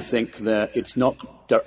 i think that it's not